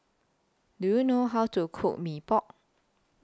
Do YOU know How to Cook Mee Pok